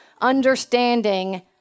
understanding